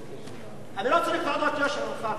אני לא צריך תעודת יושר ממך.